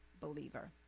believer